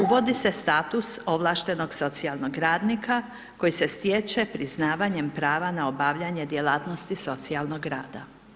Uvodi se status ovlaštenog socijalnog radnika, koji se stječe priznavanjem prava na obavljanje djelatnosti socijalnog rada.